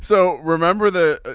so remember the